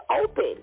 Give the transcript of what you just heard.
open